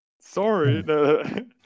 Sorry